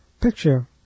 picture